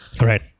Right